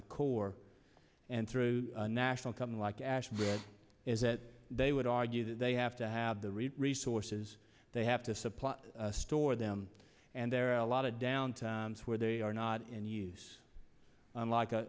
the corps and through a national coming like asheville is that they would argue that they have to have the real resources they have to supply store them and there are a lot of downtime where they are not in use unlike